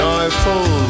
Joyful